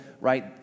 right